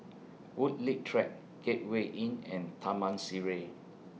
Woodleigh Track Gateway Inn and Taman Sireh